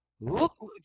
Look